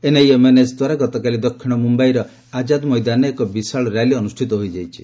ଏନେଇ ଏମ୍ଏନ୍ଏସ୍ଦ୍ବାରା ଗତକାଲି ଦକ୍ଷିଣ ମୁମ୍ୟାଇର ଆକ୍ଷାଦ୍ ମଇଦାନରେ ଏକ ବିଶାଳ ର୍ୟାଲି ଅନୁଷ୍ଠିତ ହୋଇଯାଇଛି